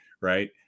right